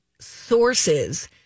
sources